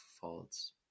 faults